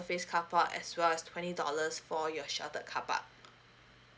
surface carpark as well as twenty dollars for your sheltered carpark